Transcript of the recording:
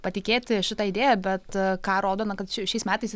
patikėti šita idėja bet ką rodo na kad šiais metais